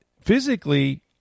physically